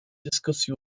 diskussion